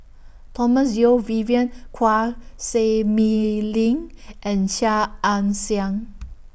Thomas Yeo Vivien Quahe Seah Mei Lin and Chia Ann Siang